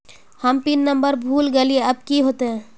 हम PIN number भूल गलिऐ अब की होते?